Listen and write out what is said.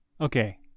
Okay